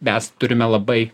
mes turime labai